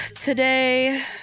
Today